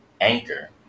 Anchor